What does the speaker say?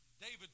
David